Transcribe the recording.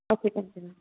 okay thank you ma'am